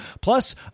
plus